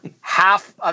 half